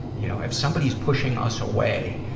you know. if somebody's pushing us away,